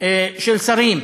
של שרים.